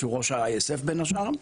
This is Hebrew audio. שהוא ראש ה-ISF בין השאר.